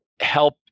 help